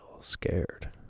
scared